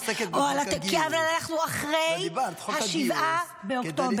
הזאת עוסקת בחוק הגיוס --- אבל אנחנו אחרי 7 באוקטובר.